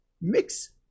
Mix